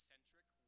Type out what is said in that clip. centric